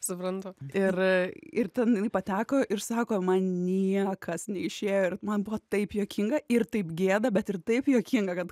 suprantu ir ir ten jinai pateko ir sako man niekas neišėjo ir man buvo taip juokinga ir taip gėda bet ir taip juokinga kad